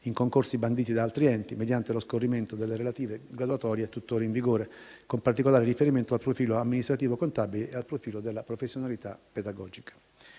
in concorsi banditi da altri enti, mediante lo scorrimento delle relative graduatorie tutt'ora in vigore, con particolare riferimento al profilo amministrativo-contabile e al profilo della professionalità pedagogica.